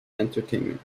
entertainment